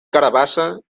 carabassa